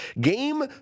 Game